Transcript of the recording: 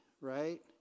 right